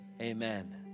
amen